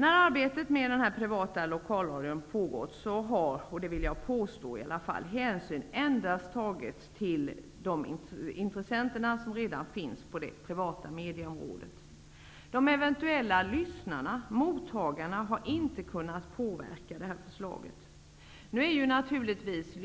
Under arbetet med den privata lokalradion, vill jag påstå i alla fall, har hänsyn tagits endast till de intressenter som redan finns på det privata mediaområdet. De eventuella lyssnarna, har inte kunnat påverka förslaget. Lyssnarna är naturligtvis